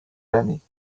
l’année